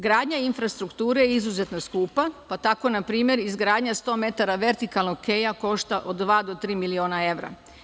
Gradnja infrastrukture izuzetno je skupa, pa tako naprimer izgradnja 100 metara vertikalnog keja košta od dva do tri miliona evra.